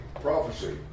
prophecy